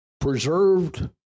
preserved